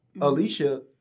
Alicia